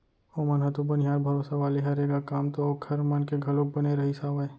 ओमन ह तो बनिहार भरोसा वाले हरे ग काम तो ओखर मन के घलोक बने रहिस हावय